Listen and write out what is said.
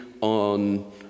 on